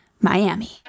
Miami